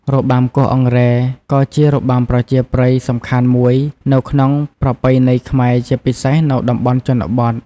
របាំគោះអង្រែ ក៏ជារបាំប្រជាប្រិយសំខាន់មួយនៅក្នុងប្រពៃណីខ្មែរជាពិសេសនៅតំបន់ជនបទ។